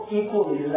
equally